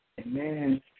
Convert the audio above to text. Amen